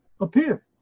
appear